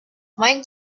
might